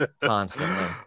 constantly